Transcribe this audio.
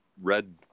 red